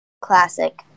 Classic